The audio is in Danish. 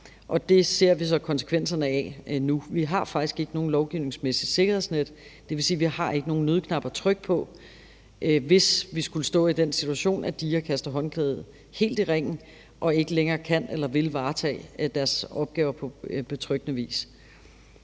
Det ser vi så konsekvenserne af nu. Vi har faktisk ikke noget lovgivningsmæssigt sikkerhedsnet, og det vil sige, at vi ikke har nogen nødknap at trykke på, hvis vi skulle stå i den situation, at DIA helt kaster håndklædet i ringen og ikke længere kan eller vil varetage deres opgaver på betryggende vis.